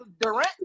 Durant